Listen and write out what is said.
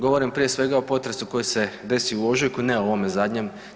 Govorim prije svega o potresu koji se desio u ožujku, ne o ovom zadnjem.